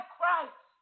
Christ